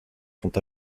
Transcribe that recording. sont